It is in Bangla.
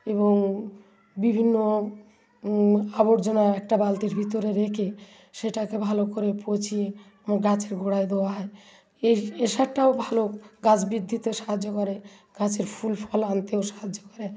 এবং বিভিন্ন আবর্জনা একটা বালতির ভিতরে রেখে সেটাকে ভালো করে পচিয়ে গাছের গোড়ায় দেওয়া হয় এর এ সারটাও ভালো গাছ বৃদ্ধিতে সাহায্য করে গাছের ফুল ফল আনতেও সাহায্য করে